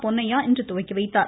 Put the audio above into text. பொன்னையா இன்று துவக்கி வைத்தார்